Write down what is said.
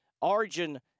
Origin